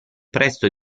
presto